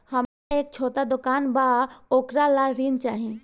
हमरा एक छोटा दुकान बा वोकरा ला ऋण चाही?